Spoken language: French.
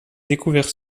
découvertes